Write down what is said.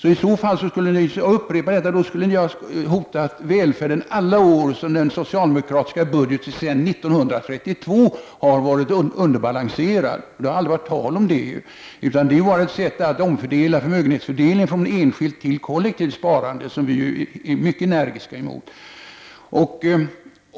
I så fall skulle ni ha hotat välfärden i alla de år som socialdemokratin sedan 1932 har haft en underbalanserad budget. Det har aldrig varit tal om det. Det är sättet att omfördela förmögenheten från enskilt till kollektivt sparande som vi är mycket energiskt mot.